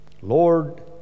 Lord